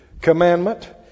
commandment